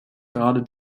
gerade